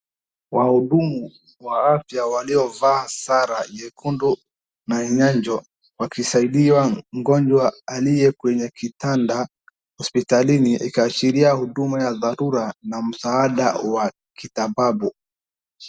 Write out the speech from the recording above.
Wahudumu wa afya waliovaa sare nyekundu na njano wakisaidia mgonjwa aliye kwenye kitanda hospitalini ikiashiria huduma ya dharura na msaada wa kitibabu.